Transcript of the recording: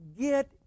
get